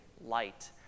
light